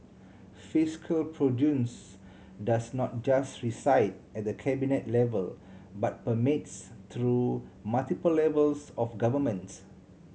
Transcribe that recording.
fiscal prudence does not just reside at the Cabinet level but permeates through multiple levels of governments